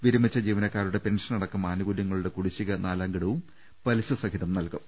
വിരമിച്ച ജീവനക്കാരുടെ പെൻഷനടക്കം ആനുകൂല്യ ങ്ങളുടെ കുടിശ്ശിക നാലാംഗഡുവും പലിശ സഹിതം നൽകും